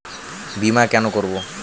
বিমা কেন করব?